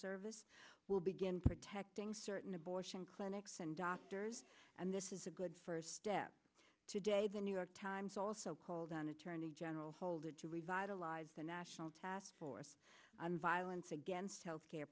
service will begin protecting certain abortion clinics and doctors and this is a good first step today the new york times also called on attorney general holder to revitalize the national task force on violence against health care